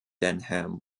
denham